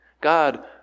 God